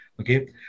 Okay